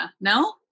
no